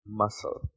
muscle